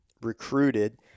recruited